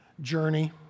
journey